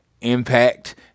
Impact